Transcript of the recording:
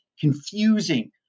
confusing